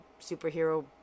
superhero